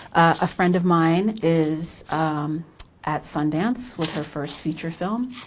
a friend of mine is at sundance with her first feature film.